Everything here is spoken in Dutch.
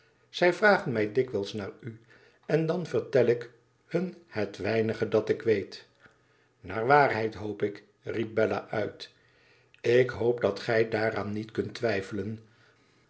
zij vragen mij dikwijls naar u en dan vertel ik hun het weinige dat ik weet naar waarheid hoop ik riep bella uit fik hoop dat gij daaraan niet kunt twijfelen